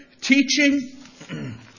teaching